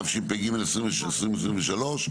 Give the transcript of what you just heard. התשפ"ג-2023,